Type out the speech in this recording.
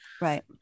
right